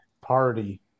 party